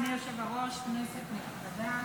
נכבדה,